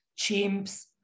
chimps